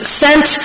sent